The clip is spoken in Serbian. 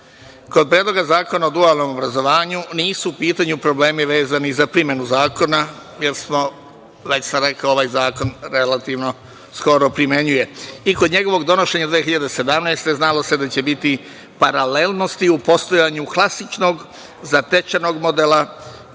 Predloga zakona o dualnom obrazovanju nisu u pitanju problemi vezani za primenu zakona, jer se, već sam rekao, ovaj zakon od skoro primenjuje. Kod njegovog donošenja 2017. godine znalo se da će biti paralelnosti u postojanju klasičnog zatečenog modela